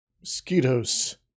Mosquitoes